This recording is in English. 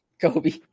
Kobe